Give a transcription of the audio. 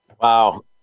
Wow